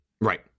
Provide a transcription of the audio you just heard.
right